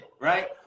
right